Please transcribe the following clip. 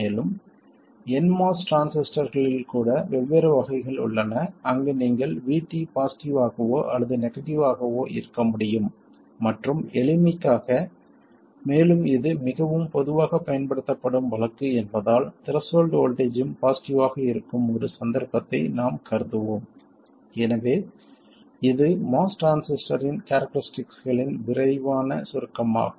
மேலும் nMOS டிரான்சிஸ்டர்களில் கூட வெவ்வேறு வகைகள் உள்ளன அங்கு நீங்கள் VT பாசிட்டிவ் ஆகவோ அல்லது நெகட்டிவ் ஆகவோ இருக்க முடியும் மற்றும் எளிமைக்காக மேலும் இது மிகவும் பொதுவாகப் பயன்படுத்தப்படும் வழக்கு என்பதால் த்ரெஷோல்ட் வோல்ட்டேஜ்ஜூம் பாசிட்டிவ் ஆக இருக்கும் ஒரு சந்தர்ப்பத்தை நாம் கருதுவோம் எனவே இது MOS டிரான்சிஸ்டரின் கேரக்டரிஸ்டிக்களின் விரைவான சுருக்கமாகும்